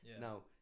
now